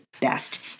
best